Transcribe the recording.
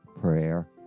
prayer